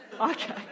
Okay